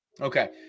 Okay